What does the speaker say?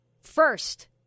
first